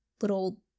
little